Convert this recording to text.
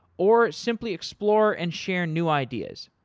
or, simply explore and share new ideas.